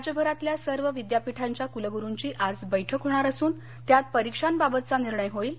राज्यभरातल्या सर्व विद्यापीठांच्या कूलगुरूंची आज बैठक होणार असुन त्यात परीक्षांबाबतचा निर्णय होईल